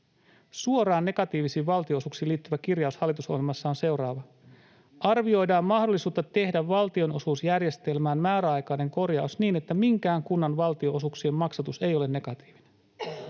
Suoraan negatiivisiin valtionosuuksiin liittyvä kirjaus hallitusohjelmassa on seuraava: ”Arvioidaan mahdollisuutta tehdä valtionosuusjärjestelmään määräaikainen korjaus niin, että minkään kunnan valtionosuuksien maksatus ei ole negatiivinen.”